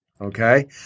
Okay